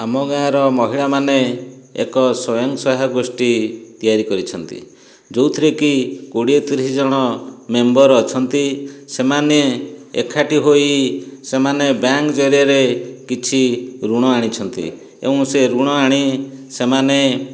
ଆମ ଗାଁର ମହିଳାମାନେ ଏକ ସ୍ୱୟଂସହାୟକ ଗୋଷ୍ଠୀ ତିଆରି କରିଛନ୍ତି ଯେଉଁଥିରେକି କୋଡ଼ିଏ ତିରିଶି ଜଣ ମେମ୍ବର ଅଛନ୍ତି ସେମାନେ ଏକାଠି ହୋଇ ସେମାନେ ବ୍ୟାଙ୍କ ଜରିଆରେ କିଛି ଋଣ ଆଣିଛନ୍ତି ଏବଂ ସେ ଋଣ ଆଣି ସେମାନେ